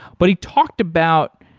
but he talked about,